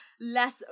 less